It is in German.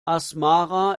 asmara